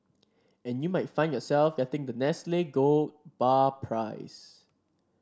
and you might find yourself getting that Nestle gold bar prize